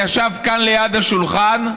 שישב כאן ליד השולחן,